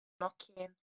Knocking